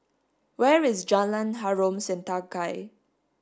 where is Jalan Harom Setangkai